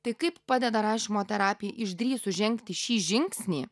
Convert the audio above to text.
tai kaip padeda rašymo terapija išdrįsus žengti šį žingsnį